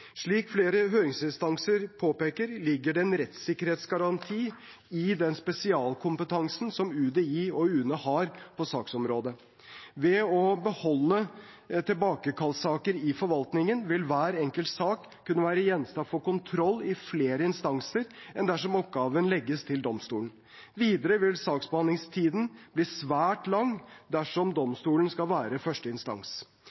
Slik flere høringsinstanser påpeker, ligger det en rettssikkerhetsgaranti i den spesialkompetansen som UDI og UNE har på saksområdet. Ved å beholde tilbakekallssakene i forvaltningen vil hver enkelt sak kunne være gjenstand for kontroll i flere instanser enn dersom oppgaven legges til domstolene. Videre vil saksbehandlingstiden bli svært lang dersom